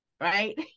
right